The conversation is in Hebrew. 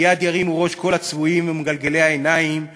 מייד ירימו ראש הצבועים ומגלגלי העיניים ויאמרו: